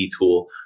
tool